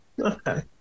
Okay